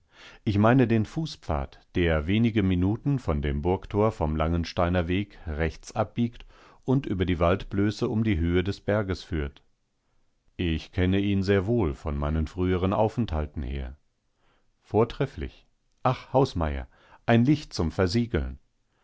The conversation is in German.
ich meine den fußpfad der wenige minuten von dem burgtor vom langensteiner weg rechts abbiegt und über die waldblöße um die höhe des berges führt ich kenne ihn sehr wohl von meinen früheren aufenthalten her vortrefflich ach hausmeier ein licht zum versiegeln